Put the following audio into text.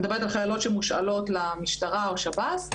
מדברת פה על חיילות שמושאלות למשטרה או לשב"ס.